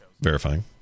Verifying